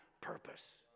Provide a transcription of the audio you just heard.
purpose